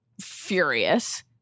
furious